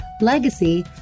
legacy